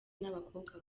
n’abakobwa